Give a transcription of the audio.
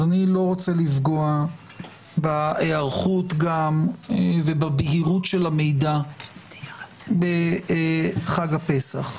אני לא רוצה לפגוע בהיערכות ובבהירות של המידע בחג הפסח.